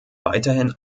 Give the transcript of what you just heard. weiterhin